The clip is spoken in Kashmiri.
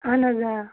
اَہَن حظ آ